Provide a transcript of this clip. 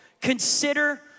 Consider